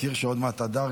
להזכיר גם שעוד מעט אדר,